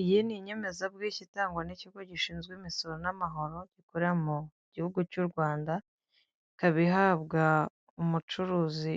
Iyi ni inyemeza bwishyu itangwa n'ikigo gishinzwe imisoro n'amahoro, gikorera mu gihugu cy'u Rwanda ikaba ihabwa umucuruzi